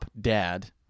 Dad